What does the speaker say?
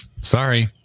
sorry